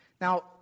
Now